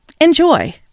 Enjoy